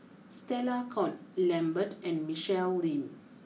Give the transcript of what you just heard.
Stella Kon Lambert and Michelle Lim